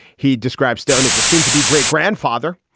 he describes stone as a soon to be great grandfather.